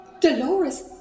Dolores